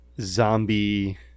Zombie